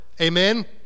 Amen